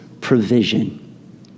provision